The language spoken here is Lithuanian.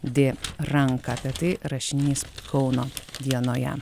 d ranką apie tai rašinys kauno dienoje